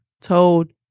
told